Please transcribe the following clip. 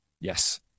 Yes